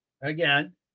again